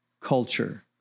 culture